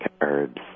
herbs